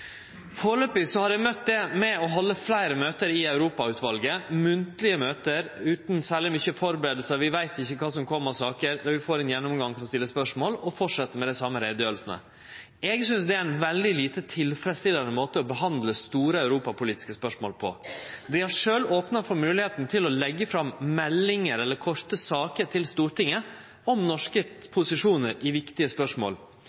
har dei møtt det med å halde fleire møte i Europautvalet – munnlege møte utan særleg mykje førebuing – vi veit ikkje kva som kjem av saker, vi får ein gjennomgang for å stille spørsmål og fortset med dei same utgreiingane. Eg synest det er ein veldig lite tilfredsstillande måte å behandle store Europa-politiske spørsmål på. Dei har sjølve opna for moglegheita til å leggje fram meldingar eller korte saker til Stortinget om norske posisjonar i viktige spørsmål.